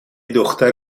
دختر